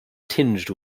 tinged